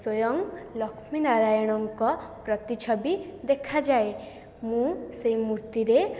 ସ୍ୱୟଂ ଲକ୍ଷ୍ମୀ ନାରାୟଣଙ୍କ ପ୍ରତିଛବି ଦେଖାଯାଏ ମୁଁ ସେଇ ମୂର୍ତ୍ତିରେ